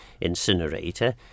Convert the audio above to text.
incinerator